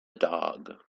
dog